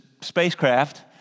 spacecraft